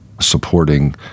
supporting